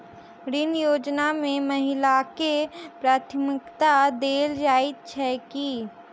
ऋण योजना मे महिलाकेँ प्राथमिकता देल जाइत छैक की?